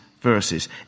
verses